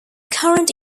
current